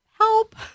help